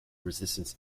resistance